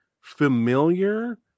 familiar